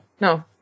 no